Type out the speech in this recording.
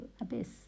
abyss